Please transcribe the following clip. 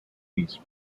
east